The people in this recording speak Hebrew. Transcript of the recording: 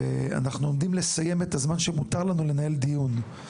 ואנחנו עומדים לסיים את הזמן שמותר לנו לנהל דיון,